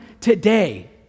today